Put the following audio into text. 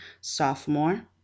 sophomore